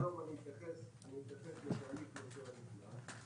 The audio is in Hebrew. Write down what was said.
קודם כל אתייחס לתהליך נוסע נכנס.